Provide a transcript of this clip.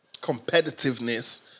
competitiveness